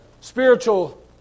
spiritual